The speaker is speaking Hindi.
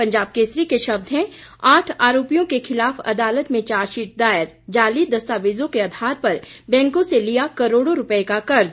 पंजाब केसरी के शब्द हैं आठ आरोपियों के खिलाफ अदालत में चार्जशीट दायर जाली दस्तावेजों के आधार पर बैंकों से लिया करोड़ों रुपये का कर्ज